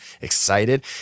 excited